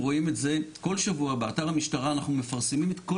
כל שבוע באתר המשטרה אנחנו מפרסמים את כל